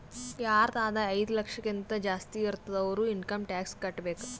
ಯಾರದ್ ಆದಾಯ ಐಯ್ದ ಲಕ್ಷಕಿಂತಾ ಜಾಸ್ತಿ ಇರ್ತುದ್ ಅವ್ರು ಇನ್ಕಮ್ ಟ್ಯಾಕ್ಸ್ ಕಟ್ಟಬೇಕ್